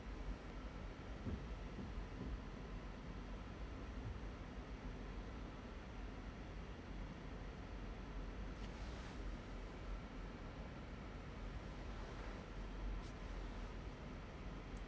okay